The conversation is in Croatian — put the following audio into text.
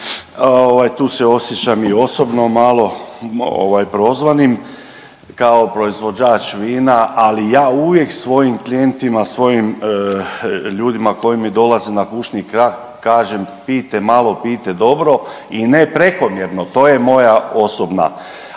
tu se osjećam i osobno malo ovaj prozvanim kao proizvođač vina, ali ja uvijek svojim klijentima, svojim ljudima koji mi dolaze na kućni prag kažem pijte malo, pijte dobro i ne prekomjerno, to je moja osobna.